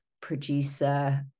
producer